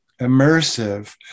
immersive